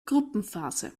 gruppenphase